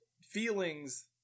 feelings